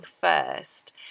first